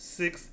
six